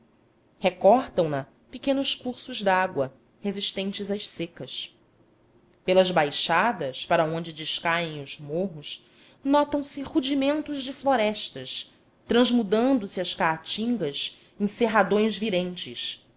vivaz recortam na pequenos cursos dágua resistentes às secas pelas baixadas para onde descaem os morros notam se rudimentos de florestas transmudando se as caatingas em cerradões virentes